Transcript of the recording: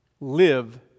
Live